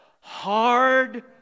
Hard